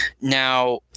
Now